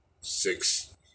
six